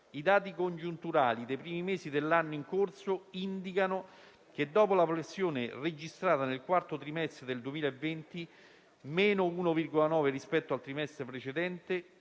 I dati congiunturali dei primi mesi dell'anno in corso indicano che, dopo la flessione registrata nel quarto trimestre del 2020 (meno 1,9 rispetto al trimestre precedente),